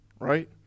right